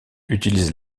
utilisent